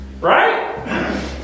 Right